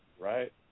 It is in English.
right